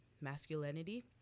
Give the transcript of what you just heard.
masculinity